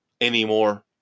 anymore